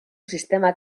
sistema